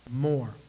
more